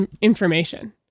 information